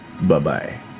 Bye-bye